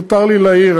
אם מותר לי להעיר,